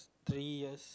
three years